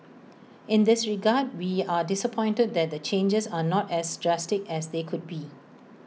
in this regard we are disappointed that the changes are not as drastic as they could be